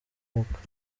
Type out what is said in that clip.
mwuka